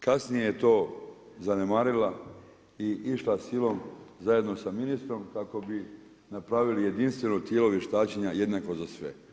kasnije je to zanemarila i išla silom zajedno sa ministrom kako bi napravili jedinstveno tijelo vještačenja jednako za sve.